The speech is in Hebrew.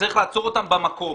וצריך לעצור אותם במקום.